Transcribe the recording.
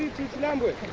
to chilambwe.